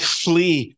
flee